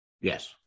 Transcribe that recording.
Yes